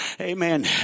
Amen